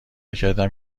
کردم